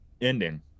ending